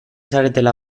zaretela